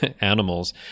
animals